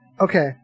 okay